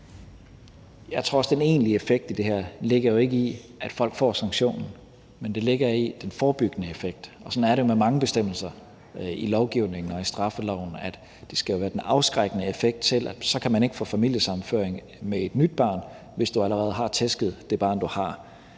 heller ikke, at den egentlige effekt af det her ligger i, at folk får sanktionen, men ligger i den forebyggende effekt – sådan er det jo med mange bestemmelser i lovgivningen og i straffeloven, at effekten ligger i den afskrækkende effekt – ved at du så ikke kan få familiesammenføring med et nyt barn, hvis du allerede har tæsket det barn, du har.